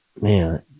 man